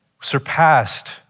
surpassed